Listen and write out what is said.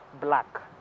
black